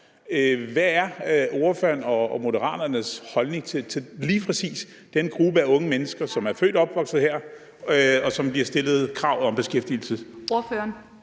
Hvad er ordførerens og Moderaternes holdning til lige præcis den gruppe af unge mennesker, som er født og opvokset her, og som bliver stillet krav om beskæftigelse?